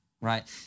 Right